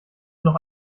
noch